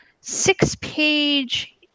six-page